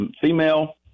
female